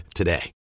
today